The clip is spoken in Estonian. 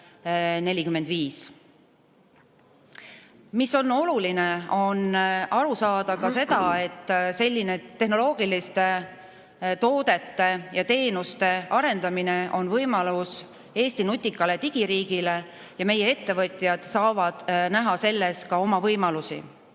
2045. Oluline on aru saada sellest, et tehnoloogiliste toodete ja teenuste arendamine on võimalus Eesti nutikale digiriigile ja meie ettevõtjad saavad näha selles ka oma võimalusi.